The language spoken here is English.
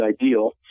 ideal